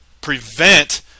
prevent